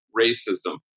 racism